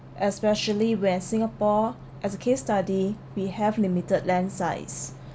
especially where singapore as a case study we have limited land size